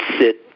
sit